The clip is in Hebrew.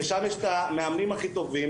ששם יש את המאמנים הכי טובים.